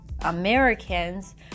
Americans